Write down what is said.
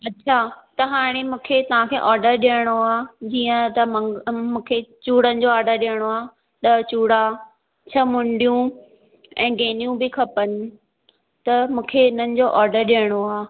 अच्छा त हाणे मूंखे तव्हां खे ऑडर ॾियणो आहे जीअं त मंग मूंखे चूड़नि जो ऑडर ॾियणो आहे ॾह चूड़ा छह मुंडियूं ऐं गहनियूं बि खपनि त मूंखे हिननि जो ऑडर ॾियणो आहे